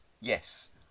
yes